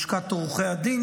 לשכת עורכי הדין,